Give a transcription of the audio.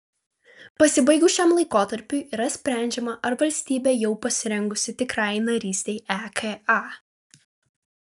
pasibaigus šiam laikotarpiui yra sprendžiama ar valstybė jau pasirengusi tikrajai narystei eka